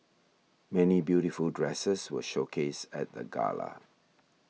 many beautiful dresses were showcased at the gala